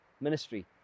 ministry